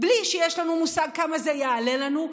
בלי שיש לנו מושג כמה זה יעלה לנו?